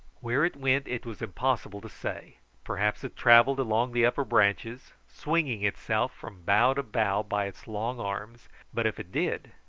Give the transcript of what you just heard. where it went it was impossible to say perhaps it travelled along the upper branches, swinging itself from bough to bough by its long arms but if it did,